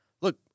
Look